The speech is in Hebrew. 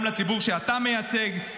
גם לציבור שאתה מייצג.